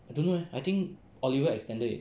I don't know eh I think oliver extended it